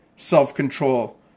self-control